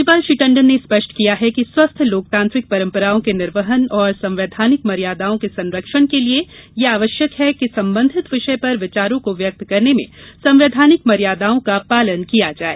राज्यपाल श्री टंडन ने स्पष्ट किया है कि स्वस्थ लोकतांत्रिक परम्पराओं के निर्वहन और संवैधानिक मर्यादाओं के संरक्षण के लिए यह आवश्यक है कि संबंधित विषय पर विचारों को व्यक्त करने में संवैधानिक मर्यादाओं का पालन किया जाए